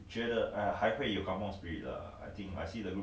then 现在是 like 我我要 report 你还是你 report 我